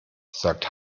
sagt